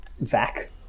vac